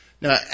now